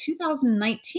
2019